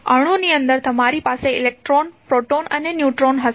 અણુની અંદર તમારી પાસે ઇલેક્ટ્રોન પ્રોટોન અને ન્યુટ્રોન હશે